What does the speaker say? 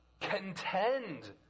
Contend